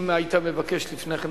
אם היית מבקש לפני כן,